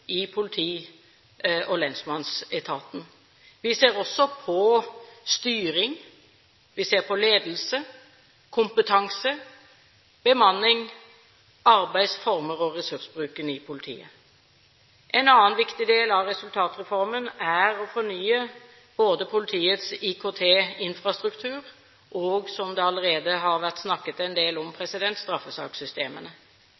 i politi- og lensmannsetaten. Vi ser også på styring, ledelse, kompetanse, bemanning, arbeidsformer og ressursbruken i politiet. En annen viktig del av resultatreformen er å fornye både politiets IKT-infrastruktur og, som det allerede har vært snakket en del om,